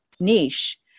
niche